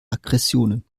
aggressionen